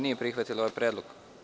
nije prihvatila ovaj predlog.